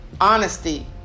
Honesty